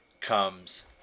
comes